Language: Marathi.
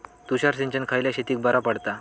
तुषार सिंचन खयल्या शेतीक बरा पडता?